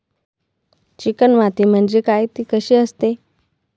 Chicken माती म्हणजे काय? ति कशी असते?